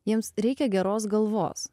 jiems reikia geros galvos